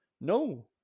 No